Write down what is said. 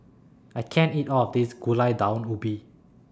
I can't eat All of This Gulai Daun Ubi